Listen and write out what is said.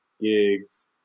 gigs